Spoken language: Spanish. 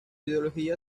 ideología